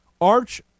Arch